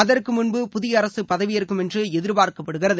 அகுற்கு முன்பு புதிய அரசு பதவியேற்கும் என்று எதிர்பார்க்கப்படுகிறது